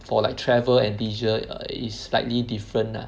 for like travel and leisure is slightly different ah